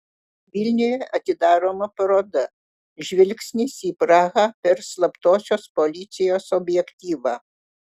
vilniuje atidaroma paroda žvilgsnis į prahą per slaptosios policijos objektyvą